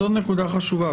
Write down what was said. זאת נקודה חשובה.